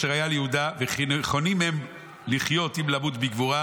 היה ליהודה וכי נכונים הם אם לחיות אם למות בגבורה"